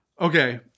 Okay